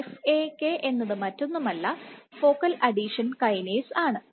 FAK എന്നത് മറ്റൊന്നുമല്ല focal adhesion kinase ആണ്